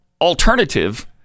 alternative